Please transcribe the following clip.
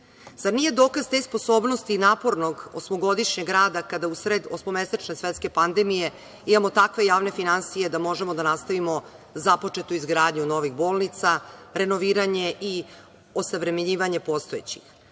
Zar nije dokaz te sposobnosti i napornog osmogodišnjeg rada u sred osmomesečne svetske pandemije da imamo takve javne finansije da možemo da nastavimo započetu izgradnju novih bolnica, renoviranje i osavremenjivanje postojećih? Nema